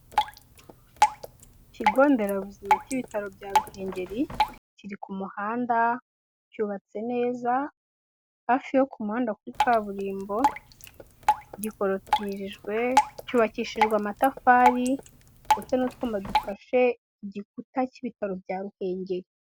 Ikigo nderabuzima cy'ibitaro bya ruhengeri kiri ku muhanda cyubatse neza hafi yo ku muhanda kuri kaburimbo gikorotirijwe, cyubakishijwe amatafari, ndetse n'utwuma dufashe igikuta cy'ibitaro bya ruhengeri.